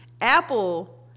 Apple